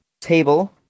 table